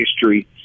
history